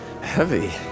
heavy